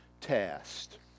test